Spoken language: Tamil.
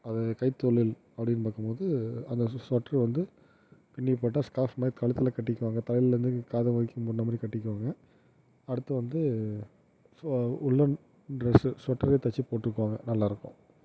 அது கைத்தொழில் அப்படினு பார்க்கும் போது அந்த ஸ்வெட்டர் வந்து பின்னிப் போட்டால் ஸ்கார்ப் மாதிரி கழுத்தில் கட்டிக்குவாங்க தலையில் இருந்து காது வரைக்கும் மூடின மாதிரி கட்டிக்குவாங்க அடுத்து வந்து ஸோ உள்ளன் ட்ரெஸ்சு ஸ்வெட்டரு தைச்சுப் போட்டுக்குவாங்கள் நல்லாருக்கும்